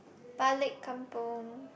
Balik kampung